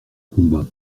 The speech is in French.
combat